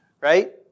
Right